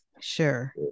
Sure